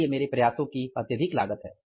इसलिए मेरे प्रयासों की अत्यधिक लागत है